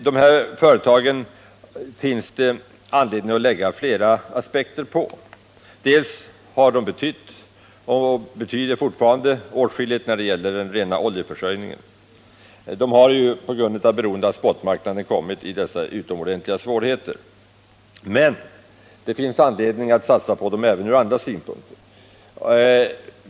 De här företagen finns det anledning att lägga flera aspekter på. De har betytt och betyder fortfarande åtskilligt när det gäller den rena oljeförsörjningen, men de har på grund av beroendet av spotmarknaden kommit i dessa utomordentliga svårigheter. Det finns emellertid även ur andra synpunkter skälatt satsa på dem.